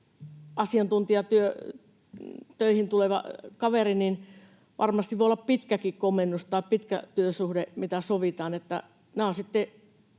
asiantuntijatöihin tulevalla kaverilla varmasti se voi olla pitkäkin komennus tai pitkä työsuhde, mitä sovitaan. Nämä ovat sitten